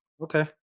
Okay